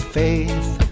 faith